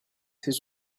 his